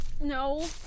No